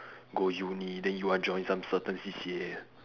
go uni then you want join some certain C_C_A